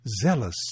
zealous